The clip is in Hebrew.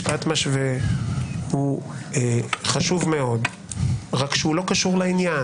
משפט משווה חשוב מאוד, רק שהוא לא קשור לעניין.